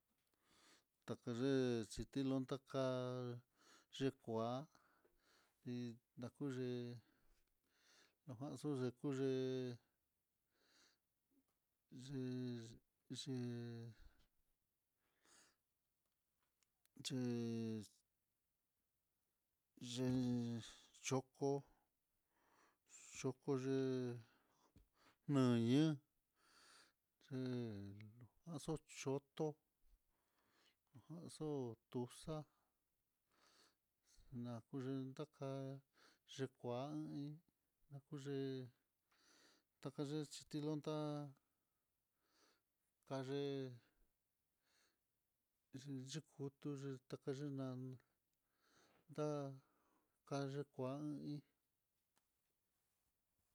Takaye xhintilonta ka'á, ye'é kua hí nakuyé najan xu nakuyé ye ye c yexchoko, xhoko ye'é nuña, c o'o choto najan xu tuxa'a nakun ndaká xhikuan iin, nakuye takaye xhitilontá kaye'é yinyikutu yetaye nan nda'a kakuá iin.